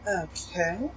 Okay